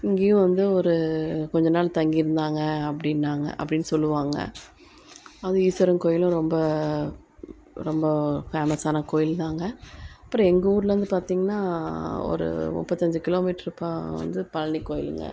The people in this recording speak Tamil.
இங்கேயும் வந்து ஒரு கொஞ்ச நாள் தங்கி இருந்தாங்க அப்படின்னாங்க அப்படின்னு சொல்லுவாங்க அது ஈஸ்வரன் கோயிலும் ரொம்ப ரொம்ப ஃபேமஸ்ஸான கோயில்தாங்க அப்புறம் எங்கூரில் வந்து பார்த்தீங்கன்னா ஒரு முப்பத்தஞ்சு கிலோ மீட்ரு பா வந்து பழனி கோயிலுங்க